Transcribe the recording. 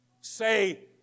Say